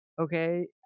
okay